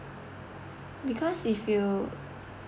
because if you